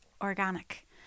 organic